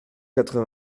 quatre